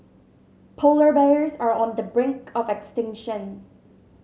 polar bears are on the brink of extinction